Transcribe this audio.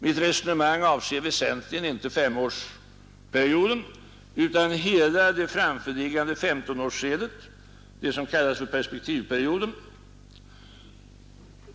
Mitt resonemang avser väsentligen inte femårsperioden utan hela det framförliggande 1S-årsskedet, det som kallas perspektivperioden.